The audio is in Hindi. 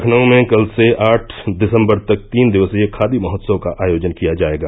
लखनऊ में कल से आठ दिसम्बर तक तीन दिवसीय खादी महोत्सव का आयोजन किया जायेगा